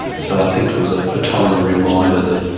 so i think it was a ah timely reminder that,